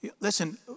Listen